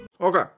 Okay